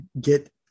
get